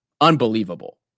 Unbelievable